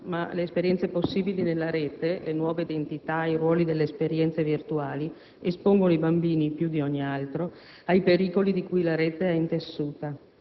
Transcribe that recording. ma le esperienze possibili della Rete, le nuove identità e i ruoli delle esperienze virtuali espongono i bambini, più di ogni altro, ai pericoli di cui la Rete è intessuta.